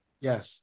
Yes